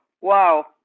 wow